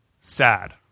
sad